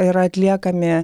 yra atliekami